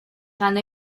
ganó